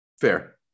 Fair